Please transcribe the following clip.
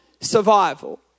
survival